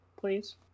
please